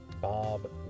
Bob